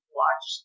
watch